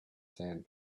sand